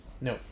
No